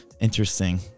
Interesting